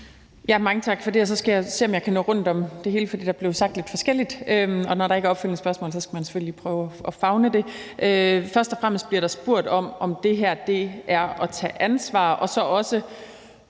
Mange tak for det. Jeg skal se, om jeg kan nå rundt om det hele, for der blev sagt lidt forskelligt. Når der ikke er opfølgende spørgsmål, skal man selvfølgelig prøve at favne det. Først og fremmest bliver der spurgt om, om det her er at tage ansvar, og om